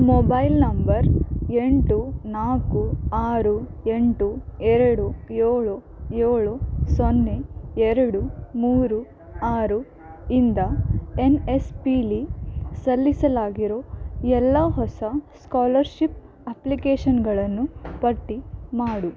mobile number ಎಂಟು ನಾಲ್ಕು ಆರು ಎಂಟು ಎರಡು ಏಳು ಏಳು ಸೊನ್ನೆ ಎರಡು ಮೂರು ಆರು ಇಂದ ಎನ್ ಎಸ್ ಪಿಲಿ ಸಲ್ಲಿಸಲಾಗಿರೋ ಎಲ್ಲ ಹೊಸ ಸ್ಕಾಲರ್ಷಿಪ್ ಅಪ್ಲಿಕೇಷನ್ಗಳನ್ನು ಪಟ್ಟಿ ಮಾಡು